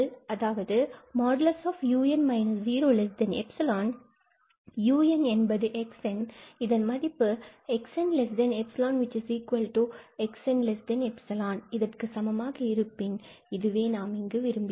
அதாவது |𝑢𝑛−0|𝜖 𝑢𝑛 is 𝑥𝑛 மதிப்பு |𝑥𝑛−0|𝜖 𝑥𝑛𝜖 சமமாக இருப்பின் இதுவே நாம் இங்கு விரும்பியது